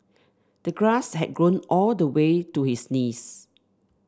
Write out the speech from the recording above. the grass had grown all the way to his knees